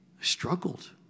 struggled